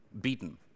beaten